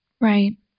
Right